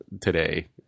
today